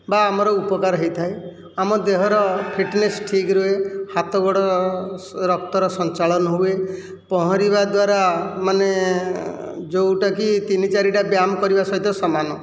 ବା ଆମର ଉପକାର ହେଇଥାଏ ଆମ ଦେହର ଫିଟନେସ୍ ଠିକ୍ ରହେ ହାତ ଗୋଡ଼ ରକ୍ତର ସଞ୍ଚାଳନ ହୁଏ ପହଁରିବା ଦ୍ୱାରା ମାନେ ଯେଉଁଟାକି ତିନି ଚାରିଟା ବ୍ୟାୟାମ କରିବା ସହିତ ସମାନ